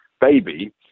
baby